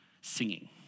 singing